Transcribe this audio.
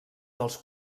dels